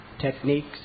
techniques